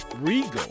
regal